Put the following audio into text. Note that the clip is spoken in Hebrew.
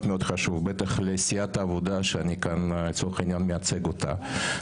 מאוד חשוב בטח לסיעת העבודה אני כאן לצורך העניין מייצג אותה.